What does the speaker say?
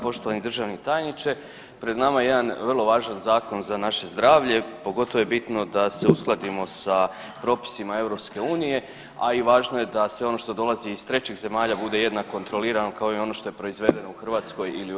Poštovani državni tajniče pred nama je jedna vrlo važan zakon za naše zdravlje, pogotovo je bitno da se uskladimo sa propisima EU, a i važno je da sve ono što dolazi iz trećih zemalja bude jednako kontroliran kao i ono što je proizvedeno u Hrvatskoj ili u EU.